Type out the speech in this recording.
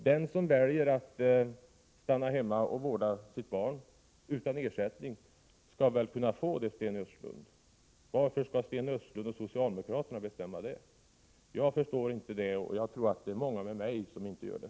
Den som väljer att stanna hemma och vårda sitt barn utan ersättning skall väl kunna få göra det. Varför skall Sten Östlund och socialdemokraterna bestämma? Det förstår inte jag, och jag tror att det är många med mig som inte gör det.